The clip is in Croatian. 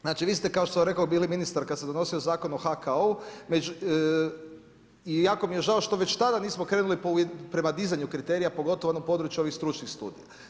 Znači vi ste kao rekoh, bili ministar kad se donosi Zakon o HKO-u i jako mi je žao što već tada nismo krenuli prema dizanju kriterija pogotovo u onom području ovih stručnih studija.